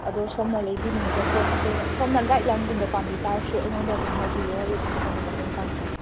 ꯑꯗꯣ ꯁꯣꯝꯅ ꯂꯩꯕꯤꯅꯤꯡꯏꯕ ꯄꯣꯠꯁꯤꯡ ꯁꯣꯝꯅ ꯒꯥꯏꯗꯂꯥꯏꯟꯒꯨꯝꯕ ꯄꯥꯝꯕꯤ ꯇꯥꯔꯁꯨ ꯑꯩꯉꯣꯟꯗ ꯑꯗꯨꯝ ꯍꯥꯏꯕꯤꯌꯣ ꯑꯩ ꯑꯗꯨꯝ ꯁꯣꯝꯒꯤ ꯃꯇꯦꯡ ꯄꯥꯡꯖꯒꯦ